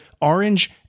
orange